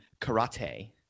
karate